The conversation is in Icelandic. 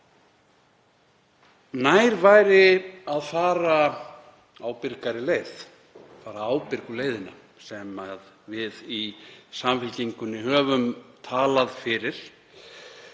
Nær væri að fara ábyrgari leið, fara ábyrgu leiðina sem við í Samfylkingunni höfum talað fyrir